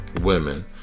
women